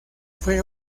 fue